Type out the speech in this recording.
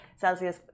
Celsius